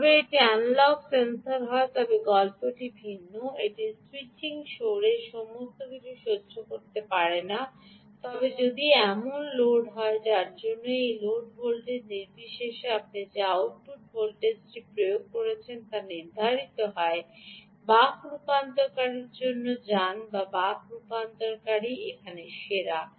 যদি এটি analogue sensor হয় তবে গল্পটি ভিন্ন এটি স্যুইচিং শোর এবং সমস্ত কিছু সহ্য করতে পারে না তবে যদি এটি এমন লোড হয় যার জন্য যে লোড ভোল্টেজ নির্বিশেষে আপনি যে আউটপুট ভোল্টেজটি প্রয়োগ করছেন তা নির্ধারিত হয় বাক রূপান্তরকারীর জন্য যান কারণ বাক কাজ করে এখানে সেরা